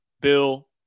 Bill